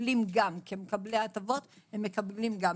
כמקבלי ההטבות הם מקבלים גם.